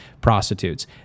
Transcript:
prostitutes